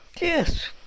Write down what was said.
yes